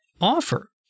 offer